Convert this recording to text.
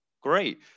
great